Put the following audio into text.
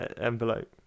envelope